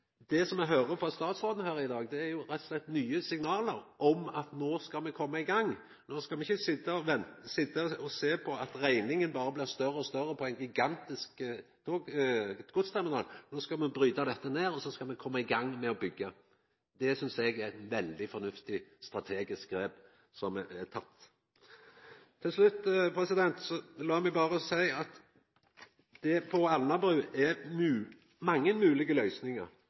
Så vil eg seia at det eg høyrer frå statsråden her i dag, rett og slett er nye signal om at no skal me koma i gang, no skal me ikkje sitja og sjå på at rekninga for ein gigantisk godsterminal berre blir større og større. No skal me bryta dette ned, og så skal me koma i gang med å byggja. Eg synest det er eit veldig fornuftig strategisk grep som er tatt. Til slutt: Lat meg berre seia at for Alnabru er det mange moglege løysingar, ikkje berre det at det treng mykje areal. Kinesarane byggjer no,